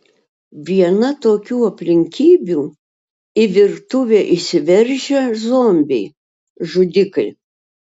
viena tokių aplinkybių į virtuvę įsiveržę zombiai žudikai